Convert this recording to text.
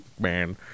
man